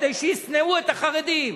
כדי שישנאו את החרדים.